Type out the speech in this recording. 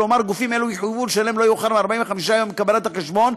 כלומר גופים אלו יחויבו לשלם לא יאוחר מ-45 ימים מקבלת החשבון,